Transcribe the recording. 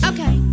Okay